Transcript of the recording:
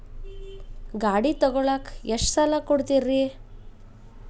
ಗಾಡಿ ತಗೋಳಾಕ್ ಎಷ್ಟ ಸಾಲ ಕೊಡ್ತೇರಿ?